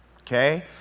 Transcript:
Okay